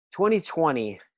2020